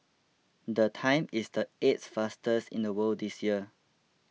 the time is the eighth fastest in the world this year